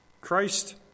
Christ